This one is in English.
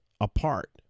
apart